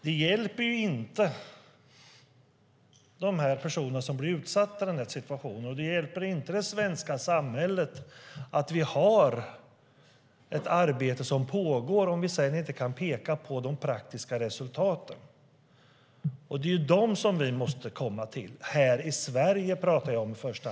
Det hjälper varken de personer som blir utsatta eller det svenska samhället att vi har ett arbete som pågår om vi inte kan peka på praktiska resultat. Det är dem vi måste komma till, i första hand här i Sverige.